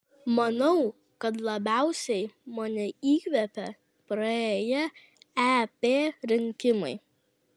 manau kad labiausiai mane įkvėpė praėję ep rinkimai